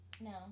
No